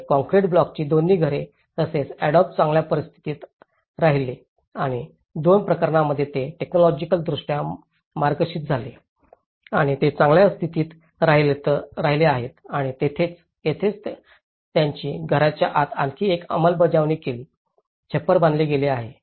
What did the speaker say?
आणि काँक्रीट ब्लॉकची दोन्ही घरे तसेच अडोब चांगल्या स्थितीत राहिले आणि दोन्ही प्रकरणांमध्ये ते टेक्नॉलॉजिकलदृष्ट्या मार्गदर्शित झाले आहे आणि ते चांगल्या स्थितीत राहिले आहेत आणि येथेच त्यांनी घराच्या आत आणखी एक अंमलबजावणी केली छप्पर बांधले गेले आहे